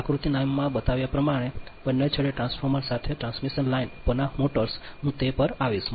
આકૃતિ 9 માં બતાવ્યા પ્રમાણે બંને છેડે ટ્રાન્સફોર્મર સાથે ટ્રાન્સમિશન લાઇન ઉપરના મોટર્સ હું તે પર આવીશ